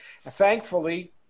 Thankfully